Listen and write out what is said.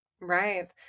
right